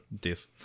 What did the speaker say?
death